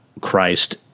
Christ